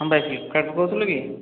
ହଁ ଭାଇ ଫ୍ଳିପକାର୍ଟରୁ କହୁଥିଲେ କି